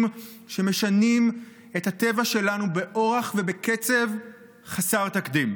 ומשנים את הטבע שלנו באורח ובקצב חסר תקדים.